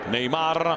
Neymar